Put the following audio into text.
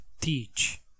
teach